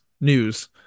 news